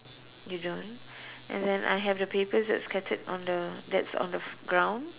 you don't and then I have the papers that's scattered on the that's on f~ ground